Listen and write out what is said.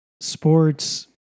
sports